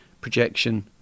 projection